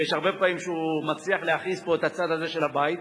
והרבה פעמים הוא מצליח להכעיס פה את הצד הזה של הבית,